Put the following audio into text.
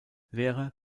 lehrer